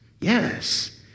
Yes